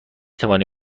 توانی